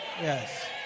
Yes